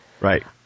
right